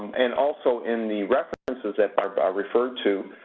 and also in the references that barb ah referred to,